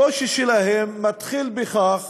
הקושי שלהם מתחיל בכך